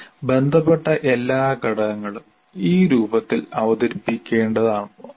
ബന്ധപ്പെട്ട എല്ലാ ഘടകങ്ങളും ഈ രൂപത്തിൽ അവതരിപ്പിക്കേണ്ടതുണ്ട്